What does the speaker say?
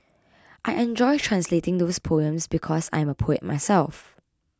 I enjoyed translating those poems because I am a poet myself